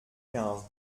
quinze